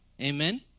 Amen